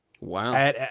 Wow